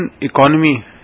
economy